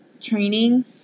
training